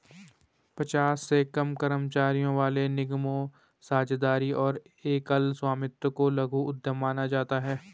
पचास से कम कर्मचारियों वाले निगमों, साझेदारी और एकल स्वामित्व को लघु उद्यम माना जाता है